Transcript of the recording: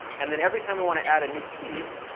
and then every time we want to add a new piece,